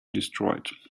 destroyed